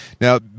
Now